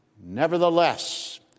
Nevertheless